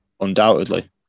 undoubtedly